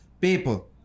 people